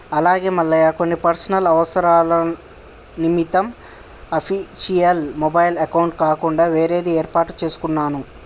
అలాగే మల్లయ్య కొన్ని పర్సనల్ అవసరాల నిమిత్తం అఫీషియల్ మొబైల్ అకౌంట్ కాకుండా వేరేది ఏర్పాటు చేసుకున్నాను